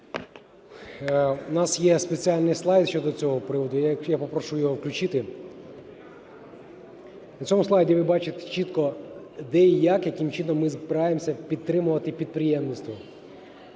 У нас є спеціальний слайд щодо цього приводу. Я попрошу його включити. На цьому слайді ви бачите чітко, де і як, яким чином ми збираємося підтримувати підприємництво.